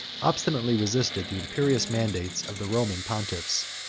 obstinately resisted the imperious mandates of the roman pontiffs.